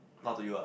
not to you ah